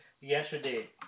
yesterday